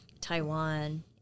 Taiwan